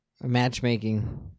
matchmaking